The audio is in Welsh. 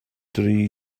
dri